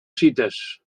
cites